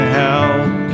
help